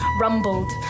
rumbled